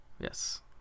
Yes